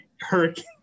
hurricane